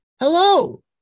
Hello